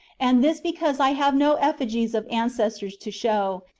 and this because i have no effigies of ancestors to show,